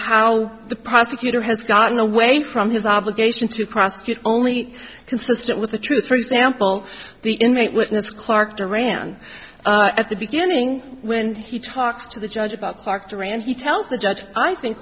how the prosecutor has gotten away from his obligation to prosecute only consistent with the truth for example the inmate witness clark duran at the beginning when he talks to the judge about clark duran he tells the judge i think